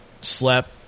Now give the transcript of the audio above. slept